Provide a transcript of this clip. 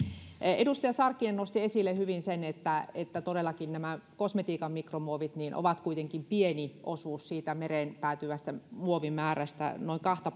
edustaja sarkkinen nosti esille hyvin sen että että todellakin nämä kosmetiikan mikromuovit ovat kuitenkin pieni osuus mereen päätyvästä muovimäärästä noin kahta